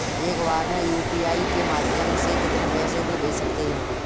एक बार में यू.पी.आई के माध्यम से कितने पैसे को भेज सकते हैं?